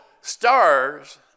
Stars